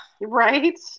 right